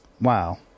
wow